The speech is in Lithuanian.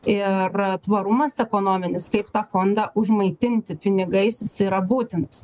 ir tvarumas ekonominis kaip tą fondą užmaitinti pinigais jis yra būtinas